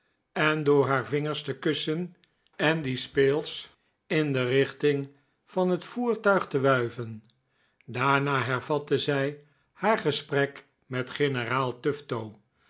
en door haar vingers te kussen en die speelsch in de richting van het voertuig te wuiven daarna hervatte zij haar gesprek met generaal tufto